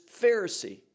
Pharisee